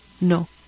No